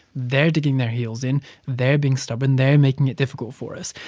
they're digging their heels in they're being stubborn they're making it difficult for us.